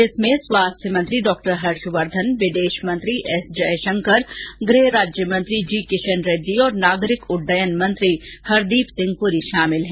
इसमें स्वास्थ्य मंत्री डॉक्टर हर्षवर्धन विदेश मंत्री एस जयशंकर गृह राज्यमंत्री जी किशन रेड्डी और नागरिक उड्डयन मंत्री हरदीप पूरी शामिल हैं